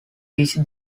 which